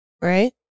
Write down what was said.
Right